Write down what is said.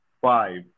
five